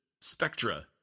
spectra